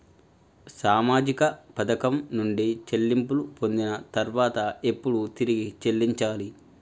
సామాజిక పథకం నుండి చెల్లింపులు పొందిన తర్వాత ఎప్పుడు తిరిగి చెల్లించాలి?